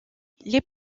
les